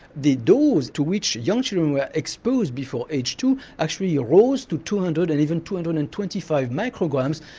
the dose to which young children were exposed before age two actually rose to two hundred and even two hundred and and and twenty five micrograms.